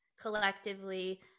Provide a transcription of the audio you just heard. collectively